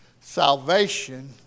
salvation